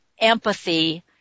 empathy